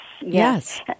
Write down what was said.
yes